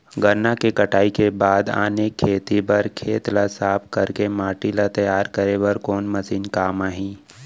गन्ना के कटाई के बाद आने खेती बर खेत ला साफ कर के माटी ला तैयार करे बर कोन मशीन काम आही?